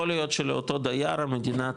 יכול להיות שלאותו דייר, המדינה תגיד,